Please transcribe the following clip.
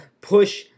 push